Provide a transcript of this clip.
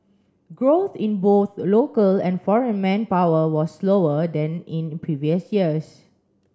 growth in both local and foreign manpower was slower than in previous years